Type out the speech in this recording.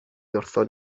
wrthon